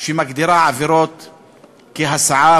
שמגדירה עבירות כהסעה,